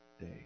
day